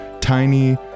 tiny